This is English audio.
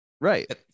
Right